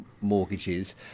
mortgages